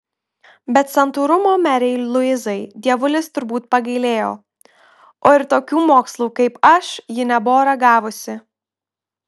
bet santūrumo merei luizai dievulis turbūt pagailėjo o ir tokių mokslų kaip aš ji nebuvo ragavusi